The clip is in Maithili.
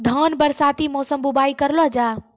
धान बरसाती मौसम बुवाई करलो जा?